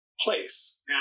place